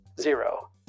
Zero